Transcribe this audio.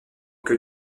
que